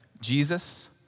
Jesus